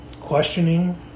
questioning